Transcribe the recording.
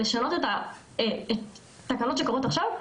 לשנות את התקלות שקורות עכשיו.